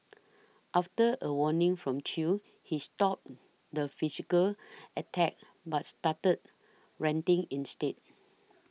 after a warning from Chew he stopped the physical attacks but started ranting instead